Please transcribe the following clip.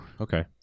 Okay